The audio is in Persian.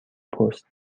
پست